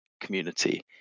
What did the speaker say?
community